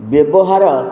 ବ୍ୟବହାର